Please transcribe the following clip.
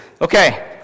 Okay